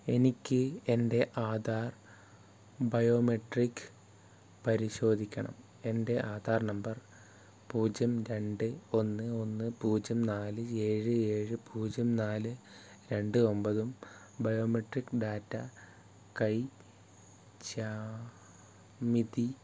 എനിക്ക് എൻ്റെ ആധാർ ബയോമെട്രിക് പരിശോധിക്കണം എൻ്റെ ആധാർ നമ്പർ പൂജ്യം രണ്ട് ഒന്ന് ഒന്ന് പൂജ്യം നാല് ഏഴ് ഏഴ് പൂജ്യം നാല് രണ്ട് ഒമ്പതും ബയോമെട്രിക് ഡാറ്റാ കൈ ച്യാ മിതി